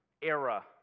era